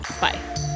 Bye